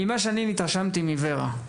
ממה שאני התרשמתי מורה,